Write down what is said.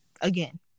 Again